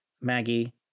Maggie